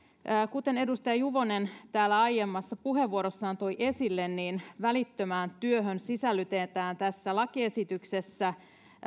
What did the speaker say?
kuten edustaja juvonen täällä aiemmassa puheenvuorossaan toi esille välittömään työhön sisällytetään tässä lakiesityksessä